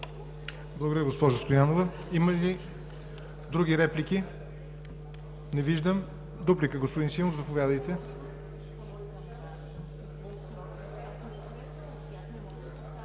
Благодаря, госпожо Стоянова. Има ли други реплики? Не виждам. Господин Симов, заповядайте